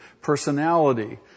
personality